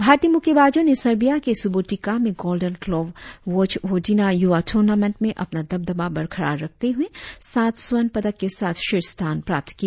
भारतीय मुक्केबाजों ने सर्बिया के सुबोटिका में गोल्डन ग्लोव वोजवोदिना युवा टूर्नामेंट में अपना दबदबा बरकरार रखते हुए सात स्वर्ण पदक के साथ शीर्ष स्थान प्राप्त किया